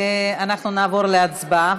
אנחנו נעבור להצבעה,